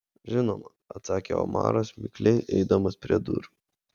žinoma atsakė omaras mikliai eidamas prie durų